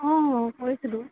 অঁ কৰিছিলোঁ